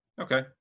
Okay